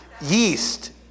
Yeast